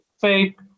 fake